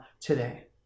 today